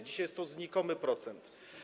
Dzisiaj jest to znikomy procent.